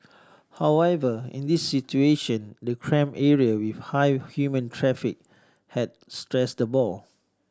however in this situation the cramped area with high human traffic had stressed the boar